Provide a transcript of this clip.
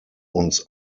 uns